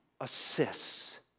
assists